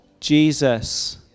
Jesus